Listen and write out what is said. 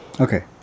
Okay